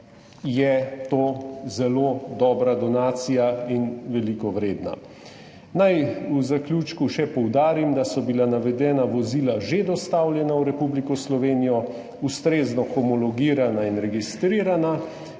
je to zelo dobra donacija in veliko vredna. Naj v zaključku še poudarim, da so bila navedena vozila že dostavljena v Republiko Slovenijo, ustrezno homologirana in registrirana,